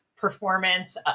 performance